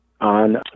on